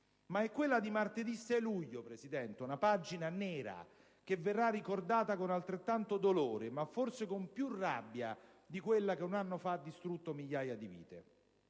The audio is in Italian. Ma è quella di martedì 6 luglio una pagina nera che verrà ricordata con altrettanto dolore, ma forse con più rabbia, di quella che un anno fa ha distrutto migliaia di vite.